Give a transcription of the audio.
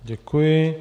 Děkuji.